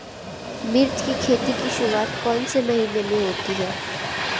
मिर्च की खेती की शुरूआत कौन से महीने में होती है?